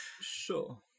sure